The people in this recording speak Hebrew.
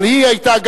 אבל גם היא